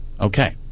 Okay